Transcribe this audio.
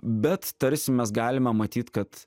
bet tarsi mes galime matyt kad